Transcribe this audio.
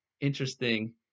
interesting